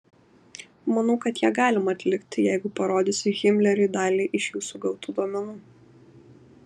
manau kad ją galima atlikti jeigu parodysiu himleriui dalį iš jūsų gautų duomenų